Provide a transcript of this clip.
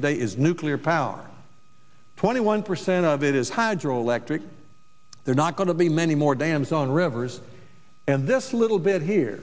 today is nuclear power twenty one percent of it is hydroelectric there not going to be many more dams on rivers and this little bit here